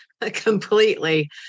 completely